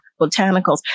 botanicals